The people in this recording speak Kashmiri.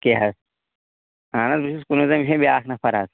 کیٚنٛہہ ہہ اَہن حظ بہٕ چھُس کُنٕے زوٚن بیٚیہِ چھُ مےٚ بیٛاکھ نَفر